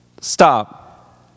Stop